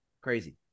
Crazy